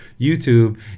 YouTube